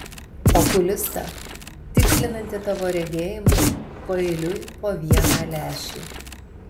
okulistą tikslinantį tavo regėjimą paeiliui po vieną lęšį